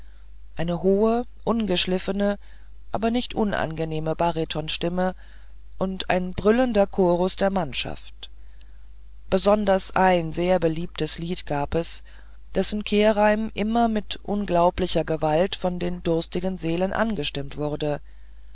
eine hohe ungeschliffene aber nicht unangenehme baritonstimme und ein brüllender chorus der mannschaft besonders ein sehr beliebtes lied gab es dessen kehrreim immer mit unglaublicher gewalt von den durstigen seelen angestimmt wurde